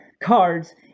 cards